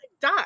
die